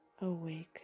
awaken